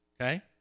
okay